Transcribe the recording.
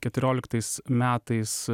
keturioliktais metais